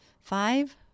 five